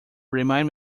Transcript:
remind